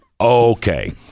Okay